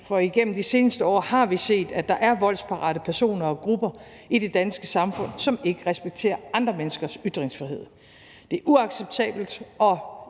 For igennem de seneste år har vi set, at der er voldsparate personer og grupper i det danske samfund, som ikke respekterer andre menneskers ytringsfrihed. Det er uacceptabelt, og